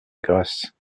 grasse